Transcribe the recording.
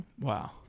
wow